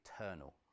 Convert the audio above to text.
eternal